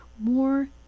more